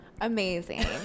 Amazing